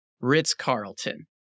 Ritz-Carlton